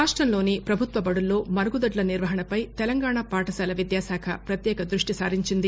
రాష్టంలోని పభుత్వ బడుల్లో మరుగుదొడ్ల నిర్వహణపై తెలంగాణలో పాఠశాల విద్యాశాఖ పత్యేక దృష్టి సారించింది